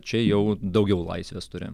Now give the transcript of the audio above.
čia jau daugiau laisvės turi